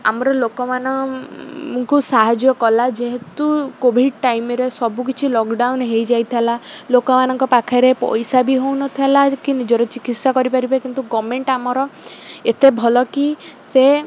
ଆମର ଲୋକମାନଙ୍କୁ ସାହାଯ୍ୟ କଲା ଯେହେତୁ କୋଭିଡ଼ ଟାଇମ୍ରେ ସବୁକିଛି ଲକ୍ ଡ଼ାଉନ୍ ହେଇଯାଇଥିଲା ଲୋକମାନଙ୍କ ପାଖରେ ପଇସା ବି ହଉନଥିଲା କି ନିଜର ଚିକିତ୍ସା କରିପାରିବେ କିନ୍ତୁ ଗଭର୍ନମେଣ୍ଟ ଆମର ଏତେ ଭଲ କି ସେ